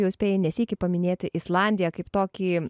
jau spėjai ne sykį paminėti islandiją kaip tokį